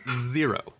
zero